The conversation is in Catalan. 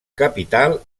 capital